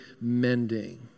mending